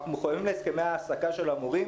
אנחנו מחויבים להסכמי ההעסקה של המורים.